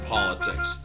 Politics